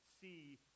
see